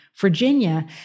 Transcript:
Virginia